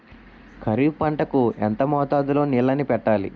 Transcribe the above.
ఖరిఫ్ పంట కు ఎంత మోతాదులో నీళ్ళని పెట్టాలి?